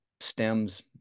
stems